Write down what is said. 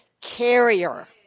carrier